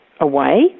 away